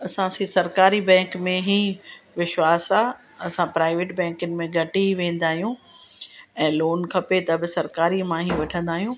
असां सी सरकारी बैंक में ई विश्वास आहे असां प्राइवेट बैंकनि में घटि ई वेंदा आहियूं ऐं लोन खपे त बि सरकारी मां ई वठंदा आहियूं